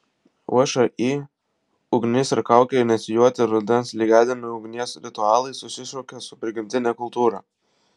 všį ugnis ir kaukė inicijuoti rudens lygiadienių ugnies ritualai susišaukia su prigimtine kultūra